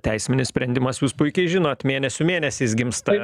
teisminis sprendimas jūs puikiai žinot mėnesių mėnesiais gimsta